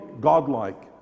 Godlike